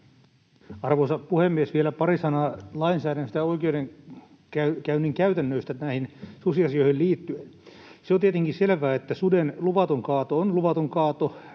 Arvoisa puhemies! Vielä pari sanaa lainsäädännöstä ja oikeudenkäynnin käytännöistä näihin susiasioihin liittyen. Se on tietenkin selvää, että suden luvaton kaato on luvaton kaato,